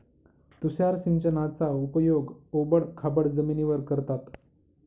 तुषार सिंचनाचा उपयोग ओबड खाबड जमिनीवर करतात